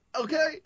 okay